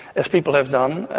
as people have done,